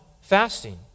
fasting